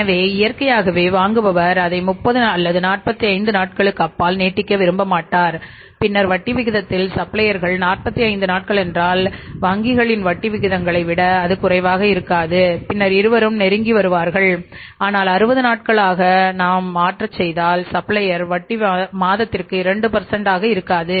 எனவே இயற்கையாகவே வாங்குபவர் அதை 30 அல்லது 45 நாட்களுக்கு அப்பால் நீட்டிக்க விரும்பமாட்டார் பின்னர் வட்டி விகிதத்தில் சப்ளையர்கள் வட்டி மாதத்திற்கு 2 ஆகிறது